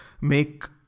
make